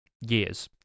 years